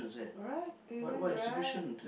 right we went right